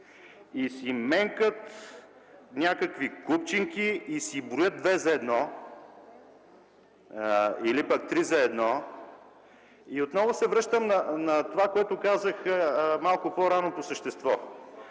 и си менкат някакви купчинки и си броят две за едно, или пък три за едно. И отново се връщам на това, което казах малко по-рано по същество